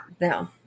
no